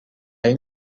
این